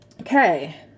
okay